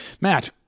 Matt